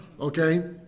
Okay